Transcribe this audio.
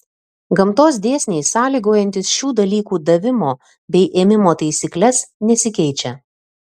gamtos dėsniai sąlygojantys šių dalykų davimo bei ėmimo taisykles nesikeičia